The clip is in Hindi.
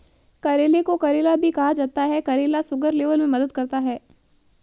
करेले को करेला भी कहा जाता है करेला शुगर लेवल में मदद करता है